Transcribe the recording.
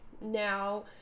Now